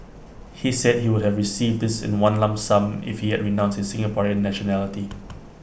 he said he would have received this in one lump sum if he had renounced his Singaporean nationality